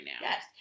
Yes